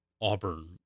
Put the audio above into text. Auburn